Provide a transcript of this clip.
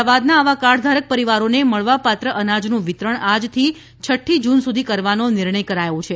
અમદાવાદના આવા કાર્ડધારક પરિવારોને મળવાપાત્ર અનાજનું વિતરણ આજથી ડઠ્ઠી જૂન સુધી કરવાનો નિર્ણય કરાચો છે